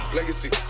Legacy